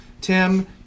Tim